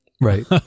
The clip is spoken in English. Right